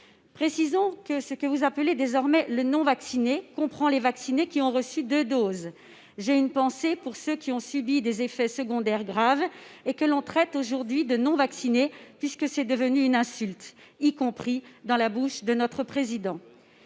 Précisons que ceux que vous appelez désormais les « non-vaccinés » comprennent les vaccinés ayant reçu deux doses. J'ai une pensée pour ceux qui ont subi des effets secondaires graves et que l'on traite aujourd'hui de « non-vaccinés », puisque c'est devenu une insulte, y compris dans la bouche du Président